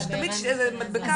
תמיד איזה מדבקה,